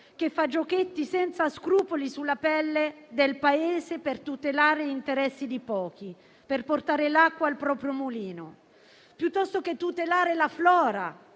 fa giochetti senza scrupoli sulla pelle del Paese per tutelare interessi di pochi e portare acqua al proprio mulino. Piuttosto che tutelare la flora